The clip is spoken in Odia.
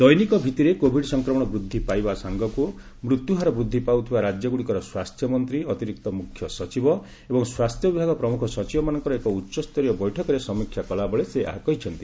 ଦୈନିକ ଭିତ୍ତିରେ କୋଭିଡ ସଂକ୍ରମଣ ବୃଦ୍ଧି ପାଇବା ସାଙ୍ଗକୁ ମୃତ୍ୟୁ ହାର ବୃଦ୍ଧି ପାଉଥିବା ରାଜ୍ୟଗୁଡିକର ସ୍ୱାସ୍ଥ୍ୟମନ୍ତ୍ରୀ ଅତିରିକ୍ତ ମୁଖ୍ୟ ସଚିବ ଏବଂ ସ୍ୱାସ୍ଥ୍ୟବିଭାଗ ପ୍ରମୁଖ ସଚିବମାନଙ୍କର ଏକ ଉଚ୍ଚସ୍ତରୀୟ ବୈଠକରେ ସମୀକ୍ଷା କଲାବେଳେ ସେ ଏହା କହିଛନ୍ତି